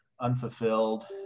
unfulfilled